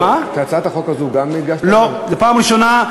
לא, זה הפעם הראשונה.